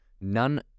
none